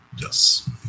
Yes